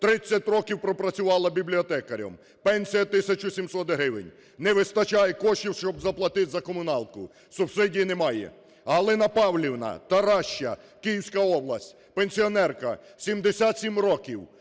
30 років пропрацювала бібліотекарем, пенсія 1 тисячу 700 гривень, не вистачає коштів, щоб заплатити за комуналку. Субсидії немає. Галина Павлівна, Тараща, Київська область: пенсіонерка, 77 років.